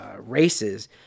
races